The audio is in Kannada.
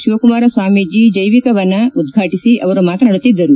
ಶಿವಕುಮಾರ ಸ್ವಾಮೀಜಿ ಜೈವಿಕವನ ಉದ್ಘಾಟನೆ ಅವರು ಮಾತನಾಡುತ್ತಿದ್ದರು